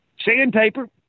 sandpaper